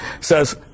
says